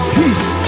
peace